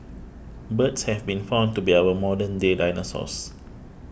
birds have been found to be our modern day dinosaurs